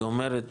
היא אומרת